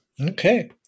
Okay